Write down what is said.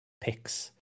picks